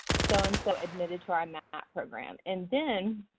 so and so admitted to our mat program. and then